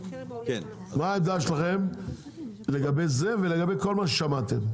מה העמדה שלכם לגבי זה ולגבי כל מה ששמעתם?